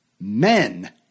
Men